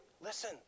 listen